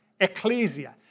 Ecclesia